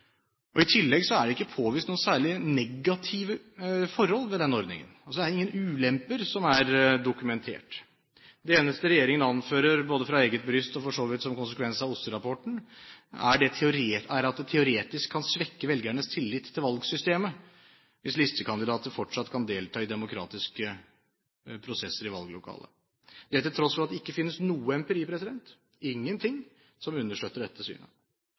listekandidater. I tillegg er det ikke påvist noen særlige negative forhold ved den ordningen – altså det er ingen ulemper som er dokumentert. Det eneste regjeringen anfører både fra eget bryst og for så vidt som en konsekvens av OSSE-rapporten, er at det teoretisk kan svekke velgernes tillit til valgsystemet hvis listekandidater fortsatt kan delta i demokratiske prosesser i valglokalet – det til tross for at det ikke finnes noe empiri, ingen ting, som understøtter dette synet.